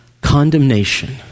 Condemnation